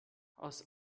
aus